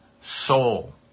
soul